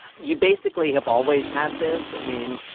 you basically have always had this. i mean,